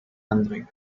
android